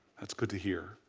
that is good to here.